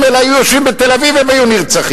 אלא היו יושבים בתל-אביב הם היו נרצחים,